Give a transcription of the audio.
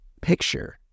picture